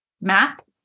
map